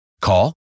Call